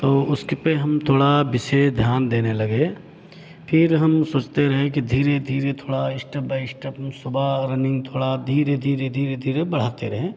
तो उसपे हम थोड़ा विशेष ध्यान देने लगे फिर हम सोचते रहे कि धीरे धीरे स्टेप थोड़ा बाई स्टेप हम सुबह रनिंग थोड़ा धीरे धीरे धीरे धीरे बढ़ाते रहे